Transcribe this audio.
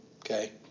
okay